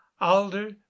alder